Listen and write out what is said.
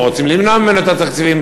או רוצים למנוע ממנו את התקציבים?